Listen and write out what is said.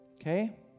Okay